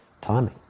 timing